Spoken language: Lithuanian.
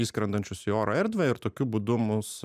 įskrendančius į oro erdvę ir tokiu būdu mus